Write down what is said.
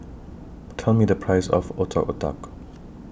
Tell Me The Price of Otak Otak